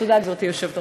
תודה, גברתי היושבת-ראש.